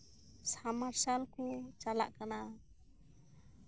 submersible ᱠᱚ ᱪᱟᱞᱟᱜ ᱠᱟᱱᱟ